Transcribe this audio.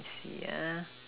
let me see ah